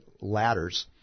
ladders